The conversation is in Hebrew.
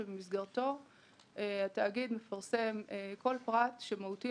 שבמסגרתו התאגיד מפרסם כל פרט שהוא מהותי